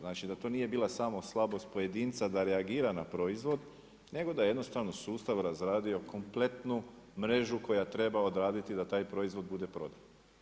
Znači da to nije bila samo slabost pojedinca da reagira na proizvod, nego da jednostavno sustav razradio kompletnu mrežu koja odraditi da taj proizvod bude prodan.